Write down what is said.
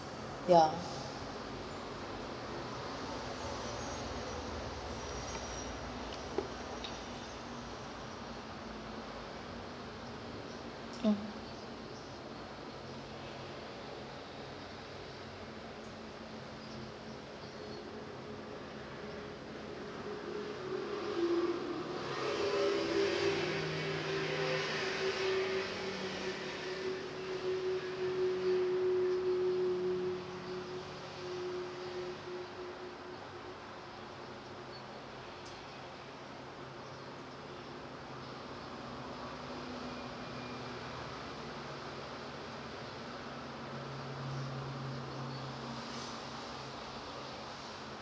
yeah mm